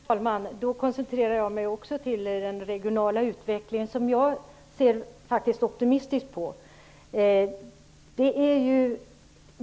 Fru talman! Jag koncentrerar mig då också på den regionala utvecklingen, som jag faktiskt ser optimistiskt på.